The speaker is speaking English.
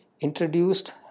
introduced